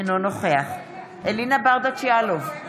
אינו נוכח אלינה ברדץ' יאלוב,